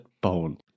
Bone